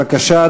בבקשה,